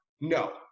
No